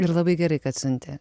ir labai gerai kad siuntė